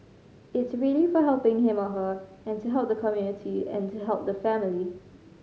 it's really for helping him or her and to help the community and to help the family